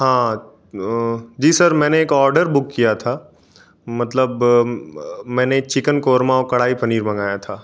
हाँ जी सर मैंने एक ऑर्डर बुक किया था मतलब मैंने चिकन कोरमा ओर कढ़ाई पनीर मंगाया था